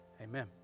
amen